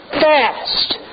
fast